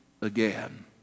again